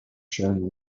shown